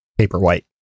paperwhite